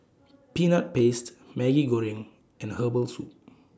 Peanut Paste Maggi Goreng and Herbal Soup